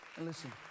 Listen